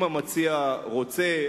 אם המציע רוצה,